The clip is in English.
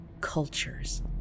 cultures